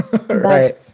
right